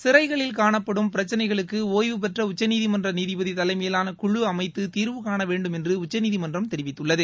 சிறைகளில் காணப்படும் பிரச்சினைகளுக்கு ஓய்வுபெற்ற உச்சநீதிமன்ற நீதிபதி தலைமையிலான குழு அமைத்து தீர்வுகாணவேண்டும் என்று உச்சநீதிமன்றம் தெரிவித்துள்ளது